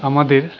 আমাদের